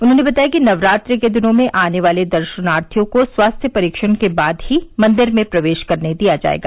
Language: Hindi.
उन्होंने बताया कि नवरात्रि के दिनों में आने वाले दर्शनार्थियों को स्वास्थ्य परीक्षण के बाद ही मंदिर में प्रवेश करने दिया जायेगा